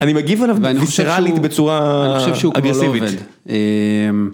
אני מגיב עליו ויסרלית בצורה אגרסיבית.